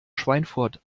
schweinfurt